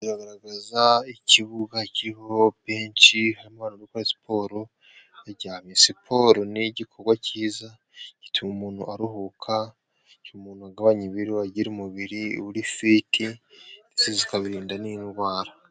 Iragaragaza ikibuga kiriho benshi, hano bari gukora siporo, siporo ni igikorwa cyiza gituma umuntu aruhuka, cy umuntu akagabanya ibiro, agira umubiri urifiti , zikabarinda n'indwara.